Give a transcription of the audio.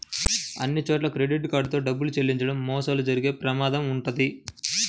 అన్నిచోట్లా credit card తో డబ్బులు చెల్లించడం మోసాలు జరిగే ప్రమాదం వుంటది